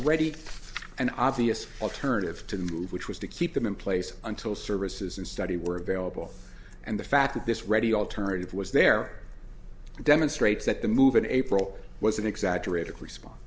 ready and obvious alternative to move which was to keep them in place until services and study were available and the fact that this ready alternative was there demonstrates that the move in april was an exaggerated respon